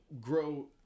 grow